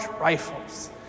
rifles